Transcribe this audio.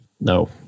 No